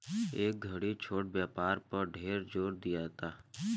ए घड़ी छोट व्यापार पर ढेर जोर दियाता